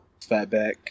Fatback